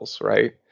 right